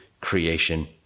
creation